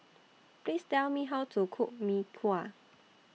Please Tell Me How to Cook Mee Kuah